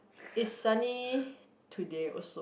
is sunny today also